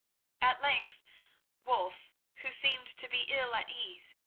at length wulf, who seemed to be ill at ease,